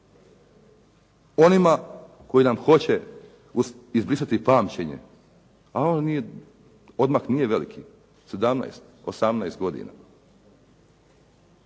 onima koji nam hoće izbrisati pamćenje, a on nije, odmak nije veliki, 17, 18 godina.